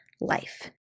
life